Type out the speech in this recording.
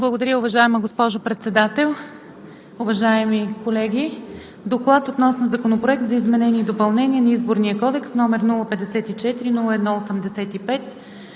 Благодаря, уважаема госпожо Председател. Уважаеми колеги! „Доклад относно Законопроект за изменение и допълнение на Изборния кодекс, № 054-01-85,